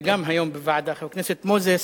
וגם היום בוועדה חבר הכנסת מוזס,